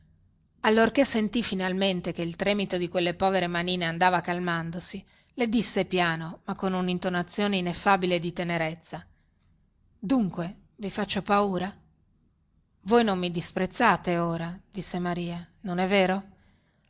schiavo allorché sentì finalmente che il tremito di quelle povere manine andava calmandosi le disse piano ma con unintonazione ineffabile di tenerezza dunque vi faccio paura voi non mi disprezzate ora disse maria non è vero